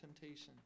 temptation